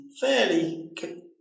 fairly